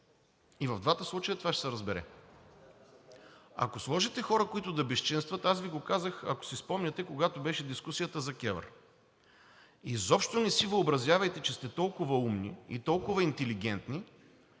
И в двата случая това ще се разбере. Ако сложите хора, които да безчинстват, аз Ви го казах, ако си спомняте, когато беше дискусията за КЕВР, изобщо не си въобразявайте, че сте толкова умни, толкова интелигентни